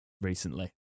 recently